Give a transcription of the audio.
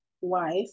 wife